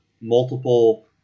multiple